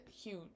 Huge